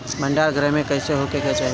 भंडार घर कईसे होखे के चाही?